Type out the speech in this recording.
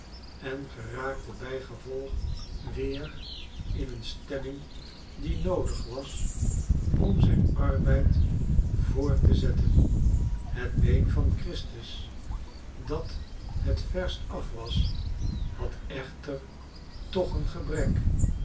en geraakte bijgevolg weer in een stemming die noodig was om zijn arbeid voort te zetten het been van christus dat het verst af was had echter toch een gebrek